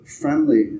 friendly